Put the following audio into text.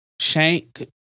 shank